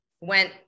went